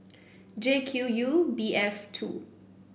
J Q U B F two